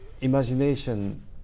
imagination